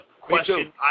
question